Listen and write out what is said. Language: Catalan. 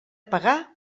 pagar